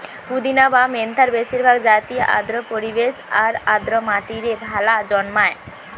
পুদিনা বা মেন্থার বেশিরভাগ জাতিই আর্দ্র পরিবেশ আর আর্দ্র মাটিরে ভালা জন্মায়